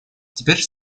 теперь